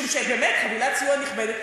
משום שהיא באמת חבילת סיוע נכבדת.